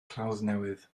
clawddnewydd